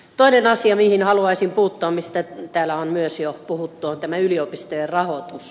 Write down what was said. toinen asia mihin haluaisin puuttua mistä täällä on myös jo puhuttu on tämä yliopistojen rahoitus